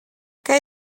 què